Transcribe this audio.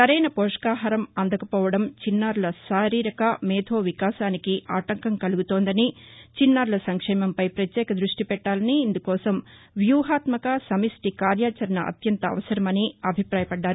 సరైన పోషకాహారం అందకపోవడతో చిన్నారుల శారీరక మేధో వికాసానికి ఆటంకం కలుగుతుందని చిన్నారుల సంక్షేమంపై ప్రత్యేక దృష్టిపెట్టాలని ఇందుకోసం వ్యూహాత్మక సమష్టి కార్యాచరణ అత్యంత అవసరమని ఆయన అభిపాయపడ్డారు